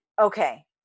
Okay